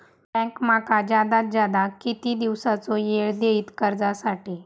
Bank माका जादात जादा किती दिवसाचो येळ देयीत कर्जासाठी?